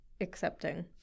accepting